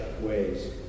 ways